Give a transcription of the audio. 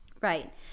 right